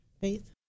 Faith